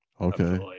okay